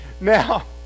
Now